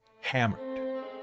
hammered